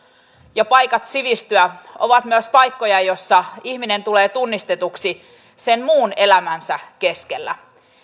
ja paikat sivistyä ovat myös paikkoja joissa ihminen tulee tunnistetuksi sen muun elämänsä keskellä